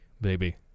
baby